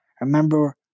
Remember